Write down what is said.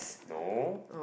no